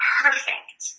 perfect